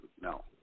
no